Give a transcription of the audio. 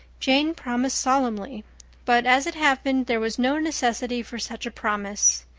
jane promised solemnly but, as it happened, there was no necessity for such a promise.